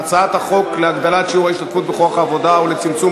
הצעת החוק להגדלת שיעור ההשתתפות בכוח העבודה ולצמצום